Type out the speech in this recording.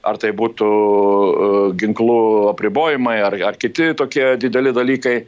ar tai būtų ginklų apribojimai ar ar kiti tokie dideli dalykai